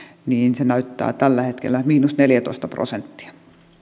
se näyttää tällä hetkellä miinus neljätoista prosenttia